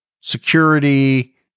security